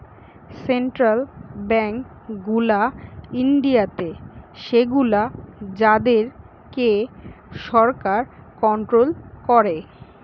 central bank গুলা ইন্ডিয়াতে সেগুলো যাদের কে সরকার কন্ট্রোল করে